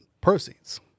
proceeds